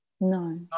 No